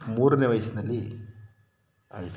ಮೂರನೇ ವಯಸ್ಸಿನಲ್ಲಿ ಆಯಿತು